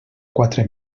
quatre